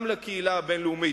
גם לקהילה הבין-לאומית,